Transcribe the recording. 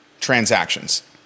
transactions